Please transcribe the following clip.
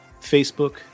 Facebook